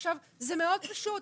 עכשיו זה מאוד פשוט,